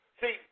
See